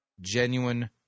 Genuine